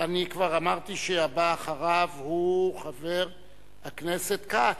אני כבר אמרתי שהבא אחריו הוא חבר הכנסת כץ.